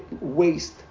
waste